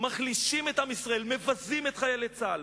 מחלישים את עם ישראל, מבזים את חיילי צה"ל.